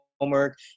homework